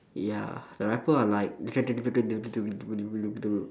ya the rapper are like